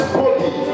body